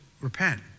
repent